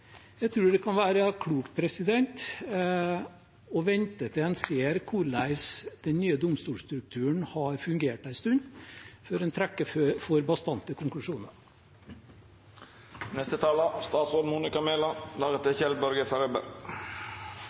Jeg tror det kan være klokt å vente til en ser hvordan den nye domstolstrukturen har fungert en stund, før en trekker for bastante konklusjoner.